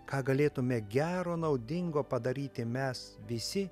ką galėtume gero naudingo padaryti mes visi